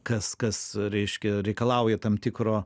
kas kas reiškia reikalauja tam tikro